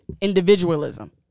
individualism